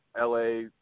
LA